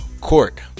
court